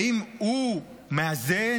האם הוא מאזן?